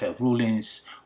rulings